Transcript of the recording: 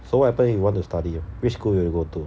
so what happen if you want to study which school would you go to